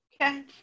Okay